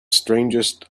strangest